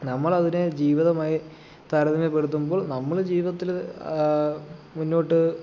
നമ്മളതിനെ ജീവിതമായി താരതമ്യപ്പെടുത്തുമ്പോൾ നമ്മള് ജീവിതത്തില് മുന്നോട്ട്